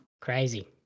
crazy